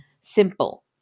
simple